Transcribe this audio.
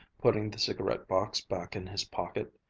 putting the cigarette-box back in his pocket,